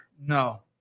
No